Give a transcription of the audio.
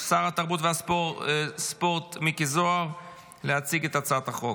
שר התרבות והספורט מיקי זוהר להציג את הצעת החוק.